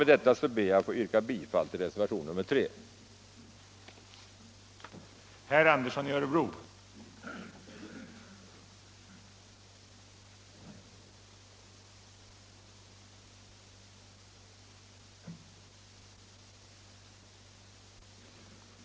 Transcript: Med det anförda ber jag att få yrka bifall till reservationerna 3 och 6.